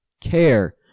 care